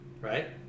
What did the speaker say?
right